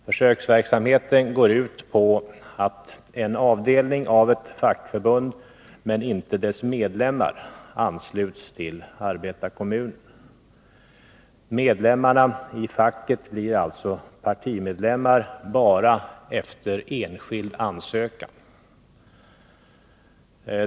Försöksverksamheten går ut på att en avdelning av ett fackförbund men inte dess medlemmar ansluts till arbetarekommunen. Medlemmarna i facket blir alltså partimedlemmar bara efter enskild ansökan.